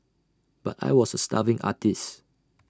but I was A starving artist